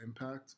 impact